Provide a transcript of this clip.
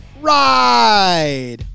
ride